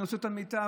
אני עושה את המיטב.